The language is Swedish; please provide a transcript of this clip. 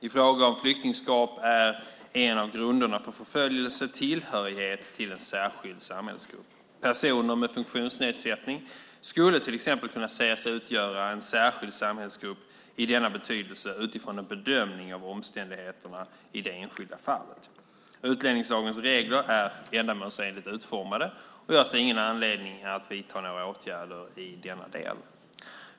I fråga om flyktingskap är en av grunderna för förföljelse tillhörighet till en särskild samhällsgrupp. Personer med funktionsnedsättning skulle till exempel kunna sägas utgöra en särskild samhällsgrupp i denna betydelse utifrån en bedömning av omständigheterna i det enskilda fallet. Utlänningslagens regler är ändamålsenligt utformade och jag ser ingen anledning att vidta några åtgärder i denna del.